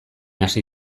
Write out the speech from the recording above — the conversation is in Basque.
hasi